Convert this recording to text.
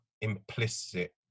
implicit